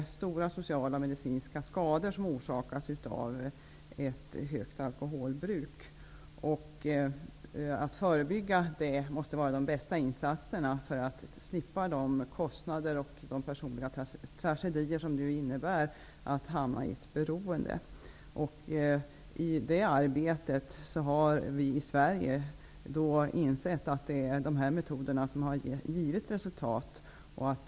Stora sociala och medicinska skador orsakas av ett stort alkoholbruk. Att förebygga det måste vara den bästa insatsen för att slippa de kostnader och personliga tragedier som det innebär att hamna i ett beroende. I det arbetet har vi i Sverige insett att det är de här metoderna som har givit resultat.